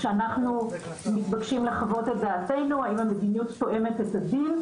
כשאנחנו מתבקשים לחוות את דעתנו האם המדיניות תואמת את הדין.